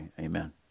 amen